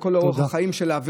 וכל אורח החיים שלה,